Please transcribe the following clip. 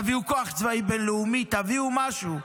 תביאו כוח צבאי בין-לאומי, תביאו משהו.